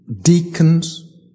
deacons